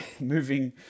moving